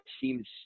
seems –